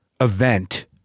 event